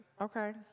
Okay